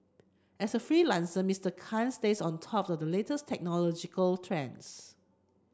as a freelancer Mr Khan stays on top of the latest technological trends